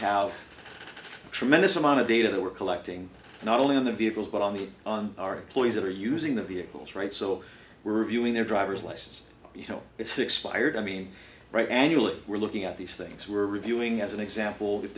have a tremendous amount of data that we're collecting not only on the vehicles but on the on our employees that are using the vehicles right so we're reviewing their driver's license you know it's expired i mean right now annually we're looking at these things were reviewing as an example if